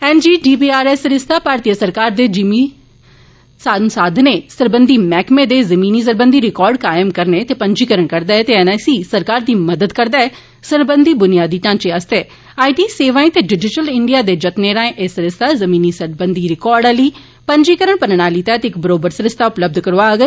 NGDRS सरिस्ता भारतीय सरकार दे जिमी संसाधनें सरबंधी मैह्कमे दे जमीन सरबंधी रिकार्ड कायम ते पंजीकरण करदा ऐ ते एनआईसी सरकार गी मदद करदा ऐ सरबंधी बुनियादी ढांचे आस्तै आईटी सेवाएं ते डिजीटल इंडिया दे जतनें राएं एह् सरिस्ता जमीन सरबंधी प्रणाली तैह्त इक पंजीकरण प्रणाली तैह्तइक बरोबर सरिस्ता उपलब्ध करोआग